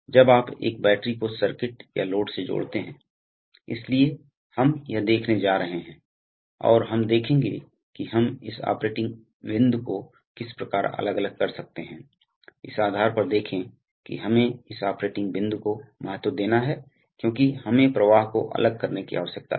तो आप नहीं इसलिए आपको रिटर्न टयूबिंग की आवश्यकता नहीं है इसलिए आप देखते हैं कि हाइड्रोलिक्स के लिए आपको तरल पदार्थ को काम के स्थान पर ले जाने के लिए एक पाइप या ट्यूब की आवश्यकता होती है अर्थात भार और इसे लाने के लिए आपको एक अन्य पाइप या ट्यूब की आवश्यकता होती है